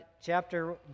chapter